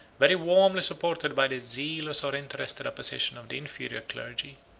very warmly supported by the zealous or interested opposition of the inferior clergy.